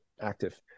active